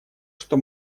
что